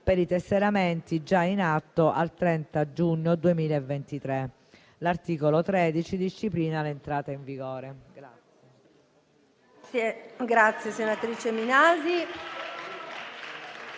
per i tesseramenti già in atto al 30 giugno 2023. L'articolo 13 disciplina l'entrata in vigore del